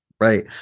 Right